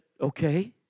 okay